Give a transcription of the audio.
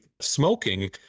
smoking